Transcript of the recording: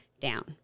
down